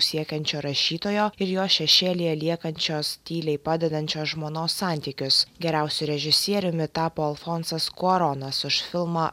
siekiančio rašytojo ir jo šešėlyje liekančios tyliai padedančios žmonos santykius geriausiu režisieriumi tapo alfonsas kuaronas už filmą